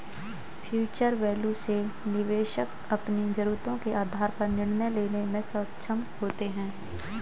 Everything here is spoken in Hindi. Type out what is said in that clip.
फ्यूचर वैल्यू से निवेशक अपनी जरूरतों के आधार पर निर्णय लेने में सक्षम होते हैं